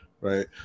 Right